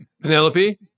Penelope